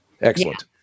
Excellent